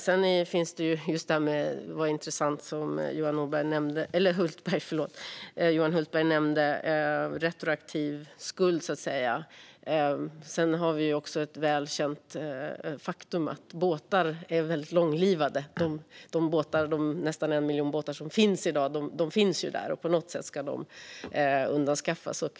Sedan var det som Johan Hultberg nämnde om retroaktiv skuld intressant. Det är också ett välkänt faktum att båtar är väldigt långlivade. De nästan 1 miljon båtar som finns i dag finns ju där, och på något sätt ska de undanskaffas.